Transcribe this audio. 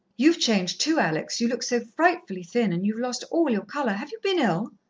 you've changed, too, alex. you look so frightfully thin, and you've lost all your colour. have you been ill?